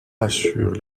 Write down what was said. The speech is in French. assurent